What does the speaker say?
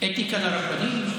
אתיקה לרבנים?